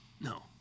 No